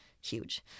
huge